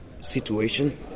situation